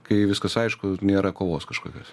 kai viskas aišku nėra kovos kažkokios